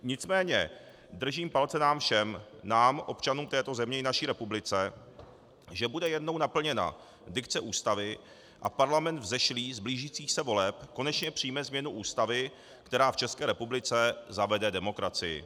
Nicméně držím palce nám všem, nám občanům této země i naší republice, že bude jednou naplněna dikce Ústavy a parlament vzešlý z blížících se voleb konečně přijme změnu Ústavy, která v České republice zavede demokracii.